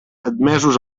admesos